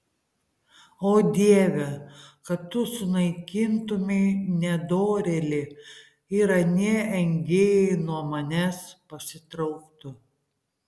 o dieve kad tu sunaikintumei nedorėlį ir anie engėjai nuo manęs pasitrauktų